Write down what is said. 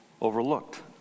overlooked